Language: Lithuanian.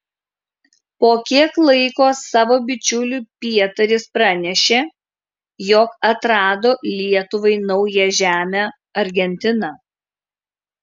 po kiek laiko savo bičiuliui pietaris pranešė jog atrado lietuvai naują žemę argentiną